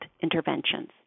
interventions